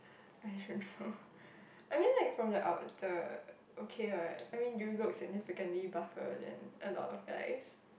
I don't know I mean like from the outer okay what I mean you look significantly buffer than a lot of guys